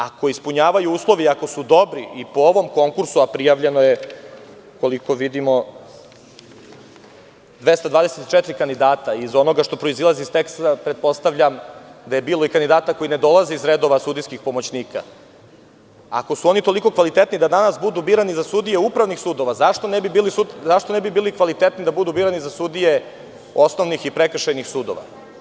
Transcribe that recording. Ako ispunjavaju uslove i ako su dobri i po ovom konkursu, a prijavljena su 224 kandidata, iz onoga što proizilazi iz teksta pretpostavljam da je bilo kandidata koji ne dolaze iz redova sudijskih pomoćnika, ako su oni toliko kvalitetni da danas budu birani za sudije upravnih sudova, zašto ne bi bili kvalitetniji da budu birani za sudije osnovnih i prekršajnih sudova?